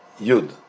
Yud